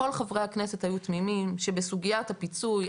כל חברי הכנסת היו תמימים שבסוגיית הפיצוי,